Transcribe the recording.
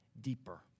deeper